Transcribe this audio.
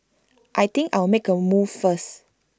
I think I'll make A move first